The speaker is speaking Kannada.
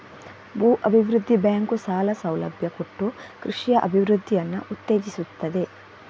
ಭೂ ಅಭಿವೃದ್ಧಿ ಬ್ಯಾಂಕು ಸಾಲ ಸೌಲಭ್ಯ ಕೊಟ್ಟು ಕೃಷಿಯ ಅಭಿವೃದ್ಧಿಯನ್ನ ಉತ್ತೇಜಿಸ್ತದೆ